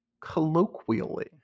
Colloquially